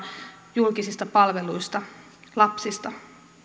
julkisista palveluista lapsista